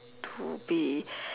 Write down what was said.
to be